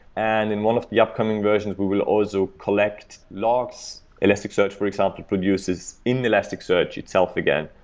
and in one of the upcoming versions, we will also collect logs. elasticsearch, for example, produces in elasticsearch itself again.